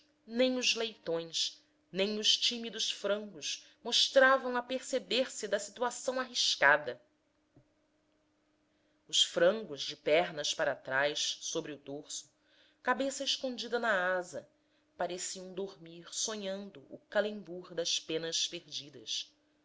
nem os leitões nem os tímidos frangos mostravam aperceber se da situação arriscada os frangos de pernas para trás sobre o dorso cabeça escondida na asa pareciam dormir sonhando o calembur das penas perdidas